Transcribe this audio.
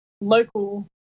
local